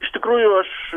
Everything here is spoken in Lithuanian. iš tikrųjų aš